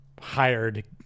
hired